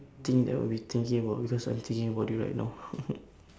thing that I would be thinking about because I'm thinking about it right now